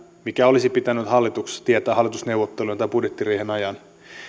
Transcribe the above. mikä olisi pitänyt hallituksessa tietää hallitusneuvottelujen tai budjettiriihen ajan